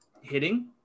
hitting